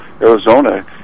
arizona